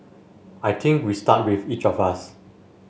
I think we start with each of us